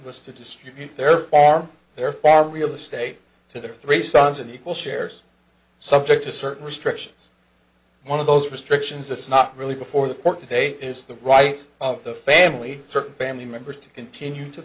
was to distribute their farm their farm real estate to their three sons and equal shares subject to certain restrictions one of those restrictions it's not really before the court today is the right of the family certain family members to continue to